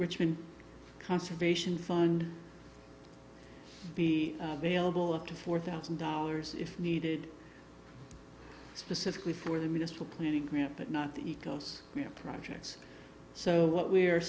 richmond conservation fund be bailable up to four thousand dollars if needed specifically for the municipal planning grant but not the ecos projects so what we are